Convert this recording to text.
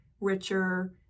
richer